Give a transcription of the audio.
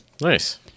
Nice